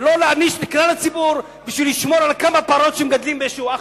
ולא להעניש את כלל הציבור בשביל לשמור על כמה פרות שמגדלים באיזשהו אחו.